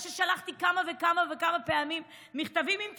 ששלחתי כמה וכמה פעמים מכתבים עם תזכורות,